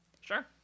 Sure